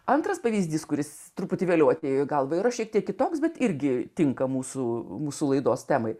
antras pavyzdys kuris truputį vėliau atėjo į galvą yra šiek tiek kitoks bet irgi tinka mūsų mūsų laidos temai